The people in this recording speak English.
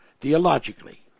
theologically